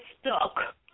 stuck